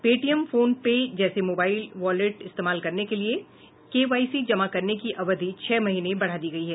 Paytm PhonePe जैसे mobile wallet इस्तेमाल करने के लिये केवाईसी जमा करने की अवधि छह महीने बढ़ा दी गयी है